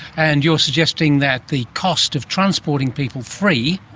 and you're suggesting that the cost of transporting people free,